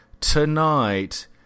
tonight